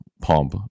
pump